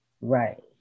right